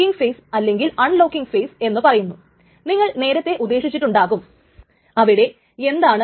2 time സ്റ്റാമ്പുകളുടെ ഇടയിൽ ആദ്യത്തേത് രണ്ടാമത്തെതിനേക്കാൾ ചെറുതാണോ അതോ തുല്യമാണോ എന്നുള്ളത് ഇവിടെ അറിയാൻ സാധിക്കും